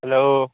hello